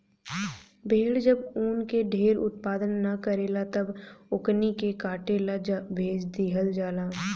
भेड़ जब ऊन के ढेर उत्पादन न करेले तब ओकनी के काटे ला भेज दीहल जाला